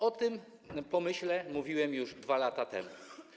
O tym pomyśle mówiłem już 2 lata temu.